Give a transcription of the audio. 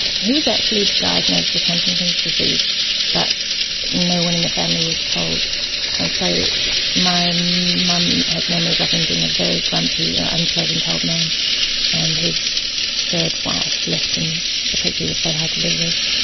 he was actually diagnosed with huntington's disease but no one in the family was told and so my mum has memories of him being a very grumpy ah unpleasant old man and his third wife left him because he was so hard to live with.